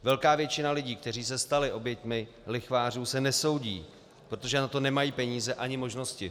Velká většina lidí, kteří se stali oběťmi lichvářů, se nesoudí, protože na to nemají peníze ani možnosti.